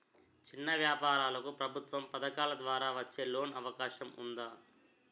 చిన్న వ్యాపారాలకు ప్రభుత్వం పథకాల ద్వారా వచ్చే లోన్ అవకాశం ఉందా?